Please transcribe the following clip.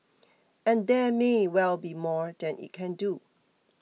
and there may well be more that it can do